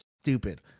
stupid